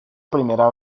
primera